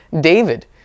David